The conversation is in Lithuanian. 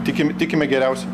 tikim tikime geriausia